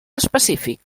específics